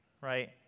right